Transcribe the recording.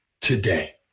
today